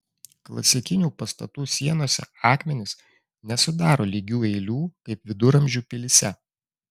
klasikinių pastatų sienose akmenys nesudaro lygių eilių kaip viduramžių pilyse